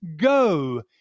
go